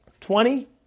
twenty